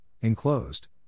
enclosed